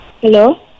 Hello